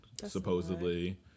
Supposedly